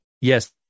Yes